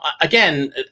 again